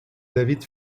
david